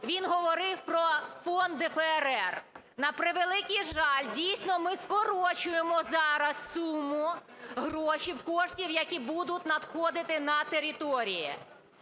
він говорив про фонд ДФРР. На превеликий жаль, дійсно, ми скорочуємо зараз суму грошей, коштів, які будуть надходити на території.